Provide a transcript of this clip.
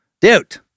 Dude